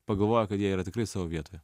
pagalvoja kad jie yra tikrai savo vietoje